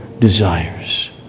desires